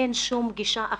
אין שום גישה אחרת.